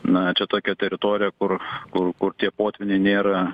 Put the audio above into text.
na čia tokia teritorija kur kur kur tie potvyniai nėra